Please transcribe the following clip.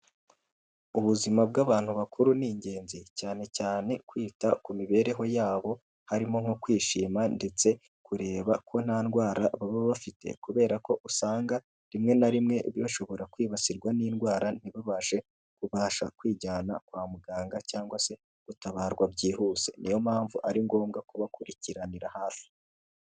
Ubuzima bw'abantu bakuru ni ingenzi, cyane cyane kwita ku mibereho yabo, harimo nko kwishima ndetse kureba ko nta ndwara baba bafite, kubera ko usanga rimwe na rimwe bashobora kwibasirwa n'indwara ntibabashe kubasha kwijyana kwa muganga, cyangwa se gutabarwa byihuse, niyompamvu ari ngombwa kubakurikiranira hafi.